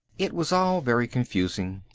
it was all very confusing,